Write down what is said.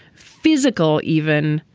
physical, even.